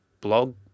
blog